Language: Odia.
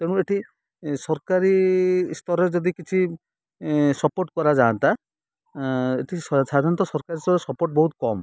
ତେଣୁ ଏଠି ସରକାରୀ ସ୍ତରରେ ଯଦି କିଛି ସପୋର୍ଟ କରାଯାଆନ୍ତା ଏଠି ସାଧାରଣତଃ ସରକାରୀ ସ୍ତରରେ ସପୋର୍ଟ ବହୁତ କମ୍